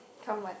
perm what